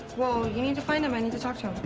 well, you need to find him. i need to talk to